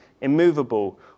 immovable